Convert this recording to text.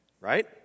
right